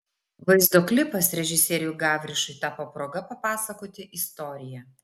vaizdo klipas režisieriui gavrišui tapo proga papasakoti istoriją